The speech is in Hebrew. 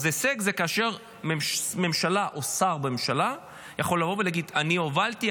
הישג זה כאשר ממשלה או שר בממשלה יכול לבוא ולהגיד: אני הובלתי,